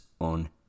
on